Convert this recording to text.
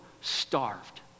starved